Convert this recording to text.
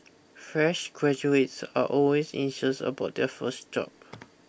fresh graduates are always anxious about their first job